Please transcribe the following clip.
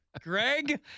Greg